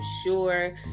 sure